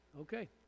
Okay